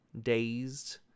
dazed